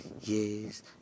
yes